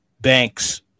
Banks